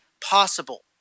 possible